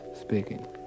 speaking